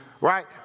right